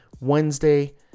Wednesday